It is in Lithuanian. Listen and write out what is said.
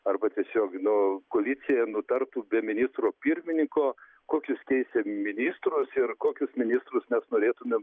arba tiesiog nu koalicija nutartų be ministro pirmininko kokius keisim ministrus ir kokius ministrus mes norėtumėm